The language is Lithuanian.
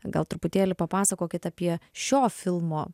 gal truputėlį papasakokit apie šio filmo